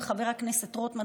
עם חבר הכנסת רוטמן,